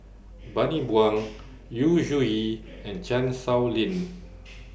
Bani Buang Yu Zhuye and Chan Sow Lin